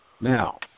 Now